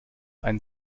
ein